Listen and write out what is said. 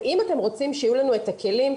אם אתם רוצים שיהיו לנו את הכלים,